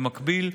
במקביל,